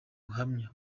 buhamya